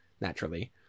naturally